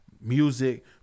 music